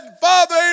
Father